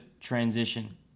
Transition